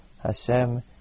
Hashem